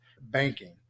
banking